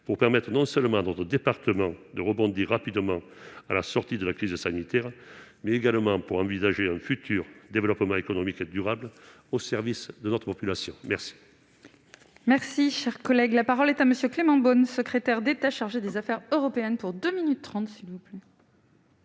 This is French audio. pour permettre non seulement dans le département de rebondir rapidement à la sortie de la crise sanitaire, mais également pour envisager un futur développement économique durable au service de notre population, merci. Merci, cher collègue, la parole est à monsieur Clément Beaune, secrétaire d'État chargé des Affaires européennes pour 2 minutes 30, s'il vous plaît.